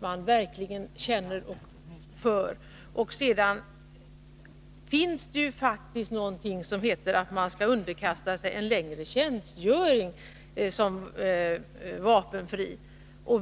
man verkligen känner för. Sedan skall man ju faktiskt underkasta sig en längre tjänstgöring som vapenfri.